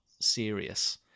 serious